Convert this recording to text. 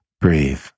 Breathe